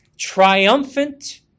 triumphant